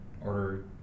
order